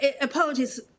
Apologies